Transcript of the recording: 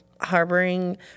harboring